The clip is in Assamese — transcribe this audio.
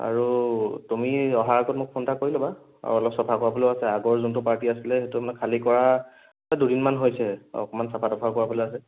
আৰু তুমি অহাৰ আগত মোক ফোন এটা কৰি ল'বা আৰু অলপ চাফা কৰাবলৈও আছে আগৰ যোনটো পাৰ্টি আছিলে সেইটো মানে খালী কৰা দুদিনমান হৈছেহে অকণমান চাফা টাফা কৰাবলৈ আছে